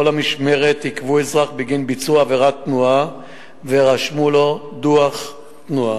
למשמרת עיכבו אזרח בגין ביצוע עבירת תנועה ורשמו לו דוח תנועה.